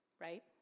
right